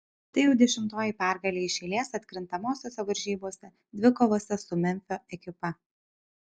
tai jau dešimtoji pergalė iš eilės atkrintamosiose varžybose dvikovose su memfio ekipa